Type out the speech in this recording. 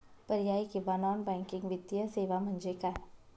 पर्यायी किंवा non banking वित्तीय सेवा म्हणजे काय?